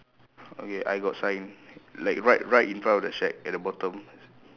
okay I got sign like right right in front of the shack at the bottom